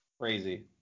Crazy